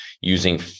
using